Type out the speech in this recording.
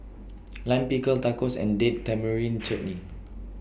Lime Pickle Tacos and Date Tamarind Chutney